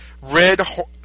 red